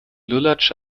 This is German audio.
lulatsch